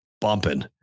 bumping